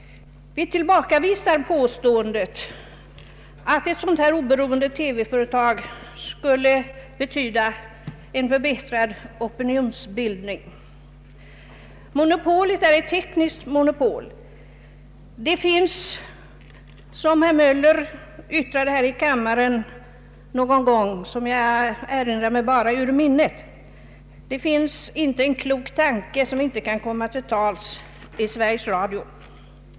Vi tillbakavisar påståendet att ett sådant oberoende TV-företag skulle betyda en förbättrad opinionsbildning. Monopolet är ett tekniskt monopol. Det finns — som herr Möller yttrade här i kammaren någon gång och som jag citerar ur minnet — inte en klok tanke, som inte kan komma till tals i Sveriges Radio.